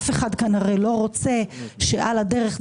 אף אחד כאן הרי לא רוצה שעל הדרך,